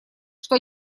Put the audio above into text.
что